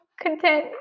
content